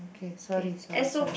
okay sorry sorry sorry